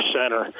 center